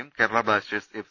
യും Kerala Blasters F